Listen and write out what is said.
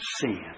Sin